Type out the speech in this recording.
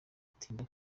atinda